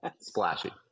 splashy